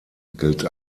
gilt